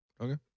Okay